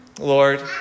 Lord